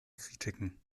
kritiken